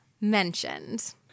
mentioned